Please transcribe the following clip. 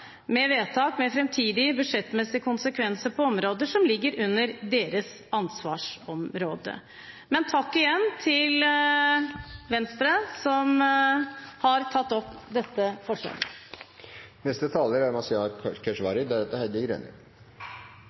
med framtidige budsjettmessige konsekvenser på områder som ligger under deres ansvarsområde. Takk igjen til Venstre, som har fremmet dette forslaget. Dette er